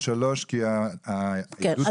נתתי לך שש דקות במקום שלוש כי העדות המקצועית שלך --- כן,